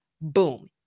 Boom